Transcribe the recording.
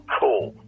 cool